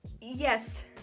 Yes